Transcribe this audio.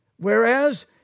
Whereas